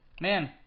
Man